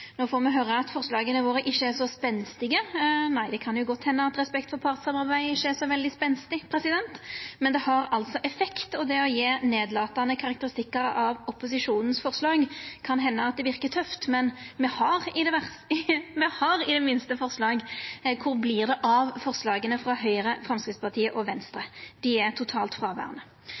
No får me høyra at forslaga våre ikkje er så spenstige. Nei, det kan godt henda at respekt for partssamarbeid ikkje er så veldig spenstig, men det har altså effekt. Det å gje nedlatande karakteristikkar av opposisjonen sine forslag kan hende verkar tøft, men me har i det minste forslag. Kvar vert det av forslaga frå Høgre, Framstegspartiet og Venstre? Dei er totalt fråverande.